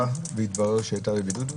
עשיתם בדיקה והתברר שהיא הייתה בבידוד?